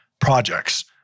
projects